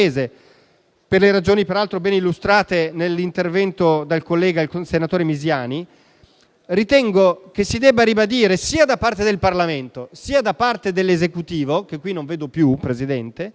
(per le ragioni peraltro ben illustrate nell'intervento del senatore Misiani), ritengo che si debba ribadire, sia da parte del Parlamento che dell'Esecutivo - che qui non vedo più - la piena